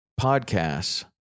podcasts